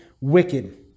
wicked